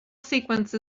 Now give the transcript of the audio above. sequence